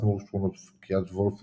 סמוך לשכונות קריית וולפסון,